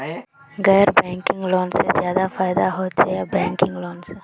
गैर banking loan से ज्यादा फायदा होचे या बैंकिंग लोन से?